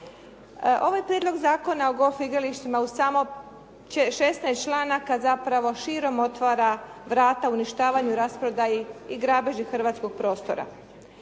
Ovaj prijedlog zakona o golf igralištima u samo 16. članaka zapravo širom otvara vrata uništavanju i rasprodaji i grabeži hrvatskog prostora.